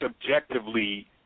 subjectively